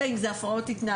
אלא אם זה הפרעות התנהגות,